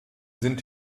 sind